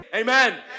Amen